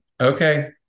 Okay